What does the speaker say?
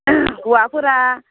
हौवाफोरा